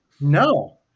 no